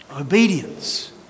obedience